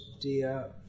dear